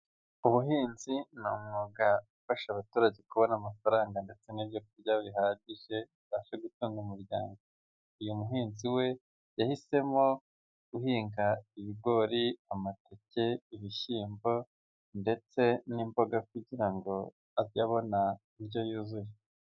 Ubuhinzi ni umwuga ufasha abaturage kubona amafaranga, ndetse n'ibyo kurya bihagije bibashe gutunga umuryango. Uyu muhinzi we yahisemo guhinga ibigori, amateke, ibishyimbo, ndetse n'imboga, kugira ngo ajye abona indyo yuzuye.